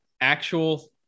actual